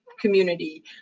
community